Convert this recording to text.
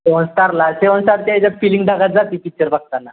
सेवन स्टारला seven star ते याच्यात फीलिंग ढगात जाते पिक्चर बघताना